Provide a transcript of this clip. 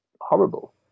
horrible